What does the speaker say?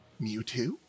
Mewtwo